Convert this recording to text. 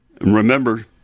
Remember